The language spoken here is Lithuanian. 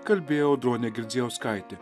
kalbėjo audronė girdzijauskaitė